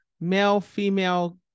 male-female